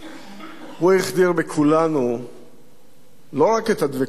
הוא החדיר בכולנו לא רק את הדבקות במשימה,